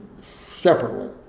separately